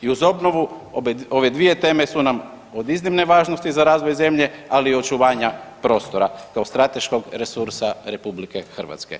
I uz obnovu ove dvije teme su nam od iznimne važnosti za razvoj zemlje ali i očuvanja prostora kao strateškog resursa RH.